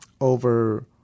over